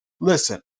listen